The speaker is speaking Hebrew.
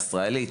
היציאה.